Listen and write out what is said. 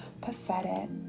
pathetic